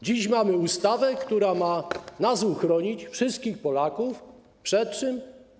Dziś mamy ustawę, która ma uchronić nas, wszystkich Polaków, przed czym?